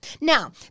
Now